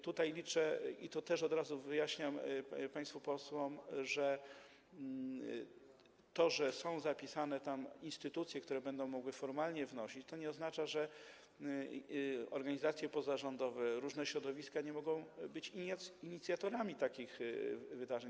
Tutaj liczę - i to też od razu wyjaśniam państwu posłom - że to, że są tam zapisane instytucje, które będą mogły formalnie wnosić, nie oznacza, że organizacje pozarządowe, różne środowiska nie mogą być inicjatorami takich wydarzeń.